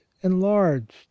enlarged